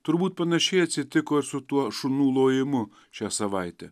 turbūt panašiai atsitiko su tuo šunų lojimu šią savaitę